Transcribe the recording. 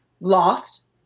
lost